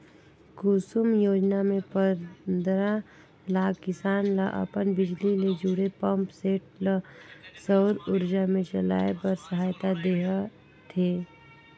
कुसुम योजना मे पंदरा लाख किसान ल अपन बिजली ले जुड़े पंप सेट ल सउर उरजा मे चलाए बर सहायता देह थे